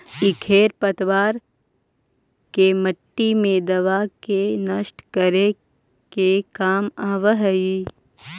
इ खेर पतवार के मट्टी मे दबा के नष्ट करे के काम आवऽ हई